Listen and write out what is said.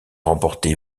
remporté